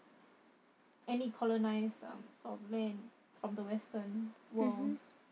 any colonised um sort of land from the western world